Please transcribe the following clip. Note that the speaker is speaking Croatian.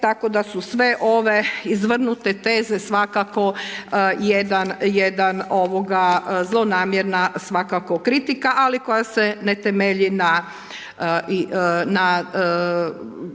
tako da su sve ove izvrnute teze svakako jedan zlonamjerna svakako kritika, a koja se ne temelji na